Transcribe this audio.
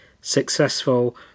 successful